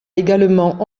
également